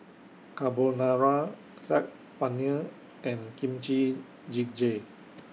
Carbonara Saag Paneer and Kimchi Jjigae